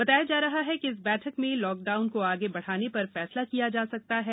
बताया जा रहा है कि इस बैठक में लॉकडाउन को आगे बढ़ाने पर फैसला किया जा सकता है